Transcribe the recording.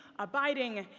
abiding,